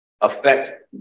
affect